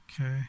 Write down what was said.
okay